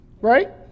right